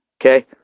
Okay